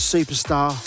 Superstar